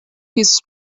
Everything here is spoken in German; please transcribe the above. dieses